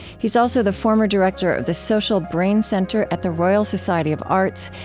he is also the former director of the social brain centre at the royal society of arts,